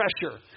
pressure